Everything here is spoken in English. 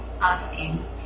asking